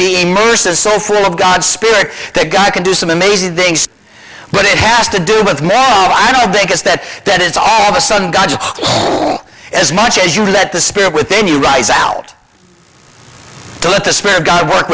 is so full of god's spirit that guy can do some amazing things but it has to do with i don't think it's that that it's all of a sudden god as much as you let the spirit within you rise out let the spirit of god work